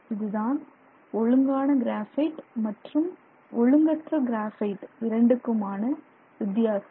இதுதான் ஒழுங்கான கிராபைட் மற்றும் ஒழுங்கற்ற கிராபைட் இரண்டுக்குமான வித்தியாசம்